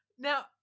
Now